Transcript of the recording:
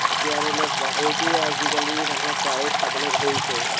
এতিয়া ধৰি লওক গাহৰিটো আজিকালি মানুহে প্ৰায়েই খাবলৈ ধৰিছেই